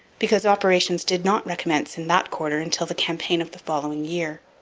because operations did not recommence in that quarter until the campaign of the following year.